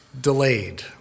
delayed